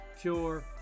cure